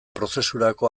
prozesurako